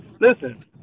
Listen